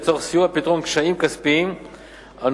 לצורך סיוע בפתרון קשיים כספיים הנובעים